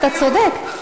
אתה צודק.